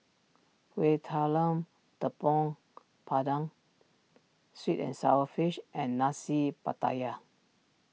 Kueh Talam Tepong Pandan Sweet and Sour Fish and Nasi Pattaya